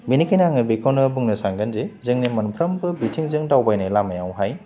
बेनिखायनो आङो बेखौनो बुंनो सान्दोंदि जोंनि मोनफ्रोमबो बिथिंजों दावबायनाय लामायावहाय